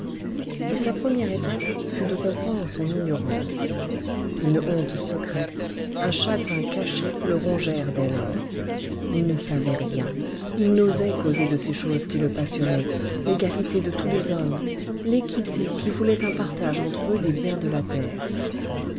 et sa première étape fut de comprendre son ignorance une honte secrète un chagrin caché le rongèrent dès lors il ne savait rien il n'osait causer de ces choses qui le passionnaient l'égalité de tous les hommes l'équité qui voulait un partage entre eux des biens de la terre